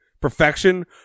Perfection